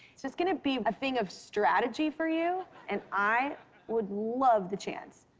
so it's gonna be a thing of strategy for you. and i would love the chance.